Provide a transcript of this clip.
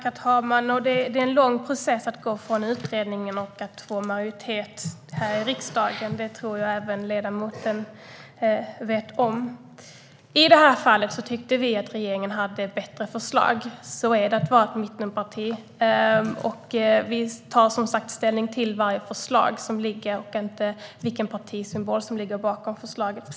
Herr talman! Det är en lång process att gå från utredning till majoritet här i riksdagen - det tror jag att även ledamoten vet. I detta fall tyckte vi att regeringen hade ett bättre förslag; så är det att vara ett mittenparti. Vi tar, precis som jag nämnde i mitt anförande, ställning till varje förslag som ligger, oavsett vilket parti som ligger bakom förslaget.